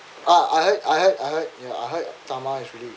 I I heard I heard I heard tama is really